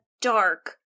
dark